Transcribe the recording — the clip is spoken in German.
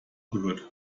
gehört